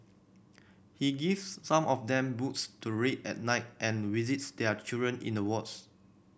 he gives some of them books to read at night and visits their children in the wards